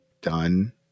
done